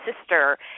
sister